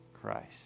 Christ